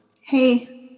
hey